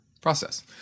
process